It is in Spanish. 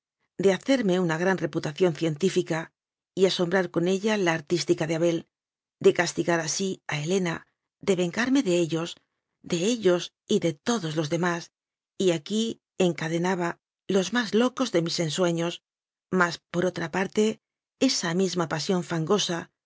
de hacerme una gran reputación científica y asombrar con ella la artística de abel de castigar así a helena de vengarme de ellos de ellos y de todos los demás y aquí encadenaba los más locos de mis ensueños mas por otra parte esa misma pasión fangosa